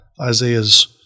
Isaiah's